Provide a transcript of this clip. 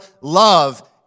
love